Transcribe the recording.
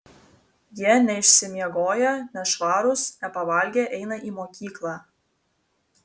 jie neišsimiegoję nešvarūs nepavalgę eina į mokyklą